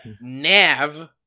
Nav